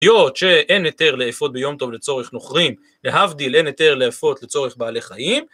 שאין היתר לאפות ביום טוב לצורך נוכרים, להבדיל אין היתר לאפות לצורך בעלי חיים.